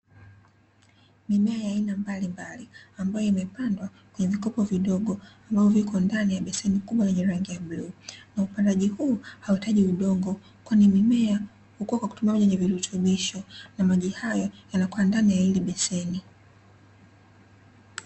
Mimea ya aina mbalimbali ambayo imepandwa kwenye vikopo vidogo ambavyo viko ndani ya beseni kubwa lenye rangi ya bluu na upandaji huu hauhitaji udongo kwa mimea hukua kwa kutumia maji yenye virutubisho na maji hayo yanakuwa ndani ya hili beseni.